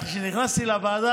כשנכנסתי לוועדה,